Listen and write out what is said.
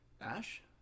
Ash